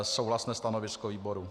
Souhlasné stanovisko výboru.